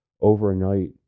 overnight